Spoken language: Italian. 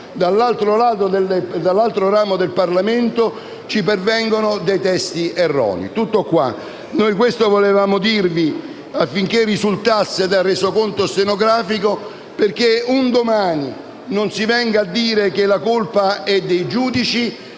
dall'altra Camera ci pervengono testi erronei. E questo volevamo dirvi, affinché risultasse dal Resoconto stenografico, perché un domani non si venga a dire che la colpa è dei giudici,